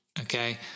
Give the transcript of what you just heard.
okay